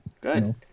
Good